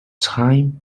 time